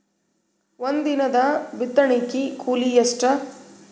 ಒಂದಿನದ ಬಿತ್ತಣಕಿ ಕೂಲಿ ಎಷ್ಟ?